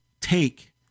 take